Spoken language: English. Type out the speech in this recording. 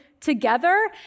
together